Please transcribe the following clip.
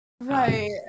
Right